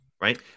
Right